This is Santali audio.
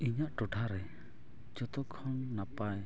ᱤᱧᱟᱹᱜ ᱴᱚᱴᱷᱟ ᱨᱮ ᱡᱚᱛᱚ ᱠᱷᱚᱱ ᱱᱟᱯᱟᱭ